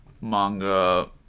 manga